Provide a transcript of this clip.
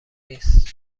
نیست